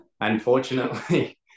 Unfortunately